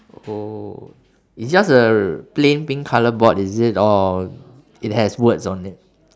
oh it's just a plain pink colour board is it or it has words on it